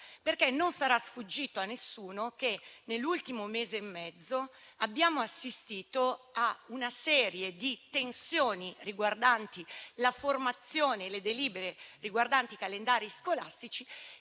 non sarà sfuggito a nessuno che nell'ultimo mese e mezzo abbiamo assistito a una serie di tensioni riguardanti la formazione e le delibere riguardanti i calendari scolastici,